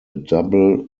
double